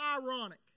ironic